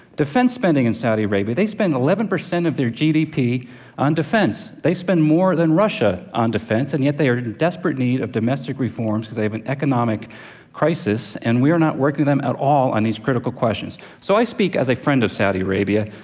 defense spending in and saudi arabia they spent eleven percent of their gdp on defense. they spend more than russia on defense, and yet, they are in desperate need of domestic reforms because they have an economic crisis, and we are not working with them at all on these critical questions. so, i speak as a friend of saudi arabia.